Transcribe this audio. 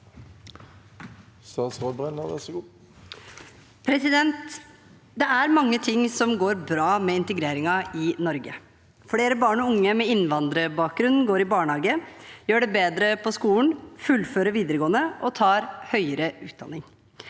Det er mange ting som går bra med integreringen i Norge. Flere barn og unge med innvandrerbakgrunn går i barnehage, gjør det bedre på skolen, fullfører videregående og tar høyere utdanning.